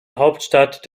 hauptstadt